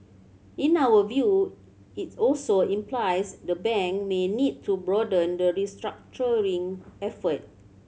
in our view its also implies the bank may need to broaden the restructuring effort